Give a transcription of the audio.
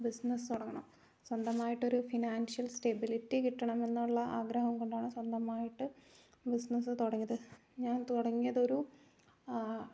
business തുടങ്ങണം സ്വന്തമായിട്ട് ഒരു ഫിനാൻഷ്യൽ സ്റ്റെബിലിറ്റി കിട്ടണമെന്നുള്ള ആഗ്രഹം കൊണ്ടാണ് സ്വന്തമായിട്ട് ബിസിനസ്സ് തുടങ്ങിയത് ഞാൻ തുടങ്ങിയത് ഒരു